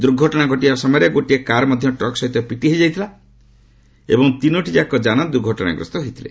ଦୂର୍ଘଟଣା ଘଟିବା ସମୟରେ ଗୋଟିଏ କାର ମଧ୍ୟ ଟ୍ରକ ସହିତ ପିଟି ହୋଇଯାଇଥିଲା ଏବଂ ତିନୋଟିଯାକ ଯାନ ଦୂର୍ଘଟଣାଗ୍ରସ୍ତ ହୋଇଥିଲେ